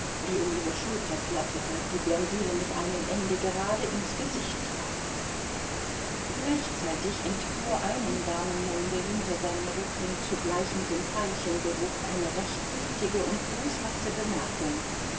die um ihre schultern flatterte die blondine mit einem ende gerade ins gesicht traf gleichzeitig entfuhr einem damenmunde hinter seinem rücken zugleich mit dem veilchengeruch eine recht giftige und boshafte bemerkung